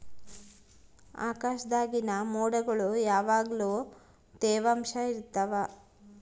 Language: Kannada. ಆಕಾಶ್ದಾಗಿನ ಮೊಡ್ಗುಳು ಯಾವಗ್ಲು ತ್ಯವಾಂಶ ಇರ್ತವ